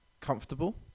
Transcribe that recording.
comfortable